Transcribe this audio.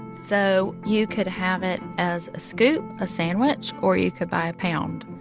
so you could have it as a scoop, a sandwich, or you could buy a pound.